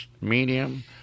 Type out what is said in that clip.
medium